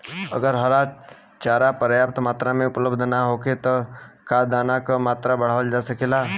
अगर हरा चारा पर्याप्त मात्रा में उपलब्ध ना होखे त का दाना क मात्रा बढ़ावल जा सकेला?